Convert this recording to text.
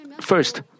first